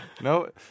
No